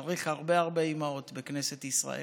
צריך הרבה הרבה אימהות בכנסת ישראל,